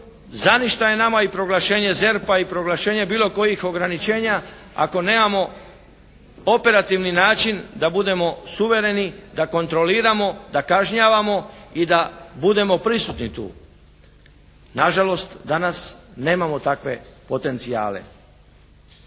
Znate šta je nama i proglašenje ZERP-a i proglašenje bilo kojih ograničenja. Ako nemamo operativni način da budemo suvereni, da kontroliramo, da kažnjavamo i da budemo prisutni tu. Nažalost danas nemamo takve potencijale.